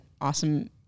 awesome